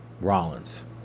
Rollins